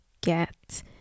get